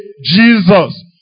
jesus